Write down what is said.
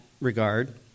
regard